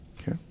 okay